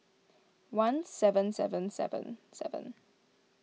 one seven seven seven seven